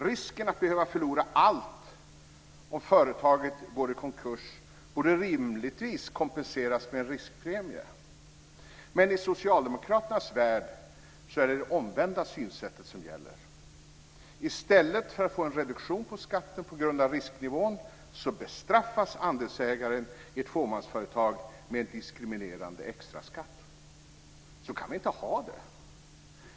Risken att behöva förlora allt om företaget går i konkurs borde rimligtvis kompenseras med en riskpremie. Men i Socialdemokraternas värld gäller det omvända synsättet. I stället för att få en reduktion på skatten på grund av risknivån bestraffas andelsägaren i ett fåmansföretag med en diskriminerande extra skatt. Så kan vi inte ha det!